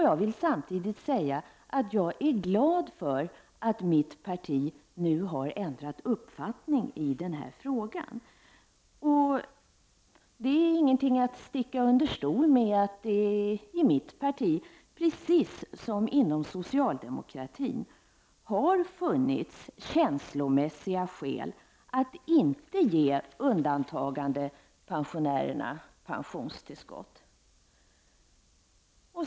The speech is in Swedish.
Jag vill samtidigt säga att jag är glad för att mitt parti nu har ändrat uppfattning i denna fråga. Det är ingenting att sticka under stol med att det i mitt parti, precis som inom socialdemokratin, har funnits känslomässiga skäl för att inte ge undantagandepensionärerna pensionstillskott.